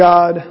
God